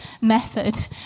method